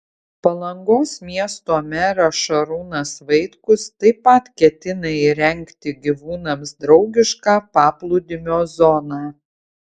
palangos miesto meras šarūnas vaitkus taip pat ketina įrengti gyvūnams draugišką paplūdimio zoną